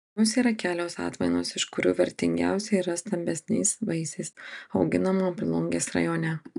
jos yra kelios atmainos iš kurių vertingiausia yra stambesniais vaisiais auginama plungės rajone